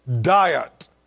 diet